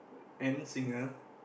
and singer